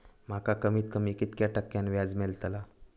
माका कमीत कमी कितक्या टक्क्यान व्याज मेलतला?